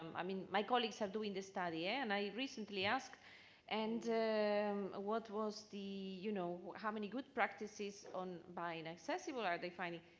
um i mean, my colleagues are doing the study and i recently asked and um what was the, you know, how many good practices on buying accessible are they finding?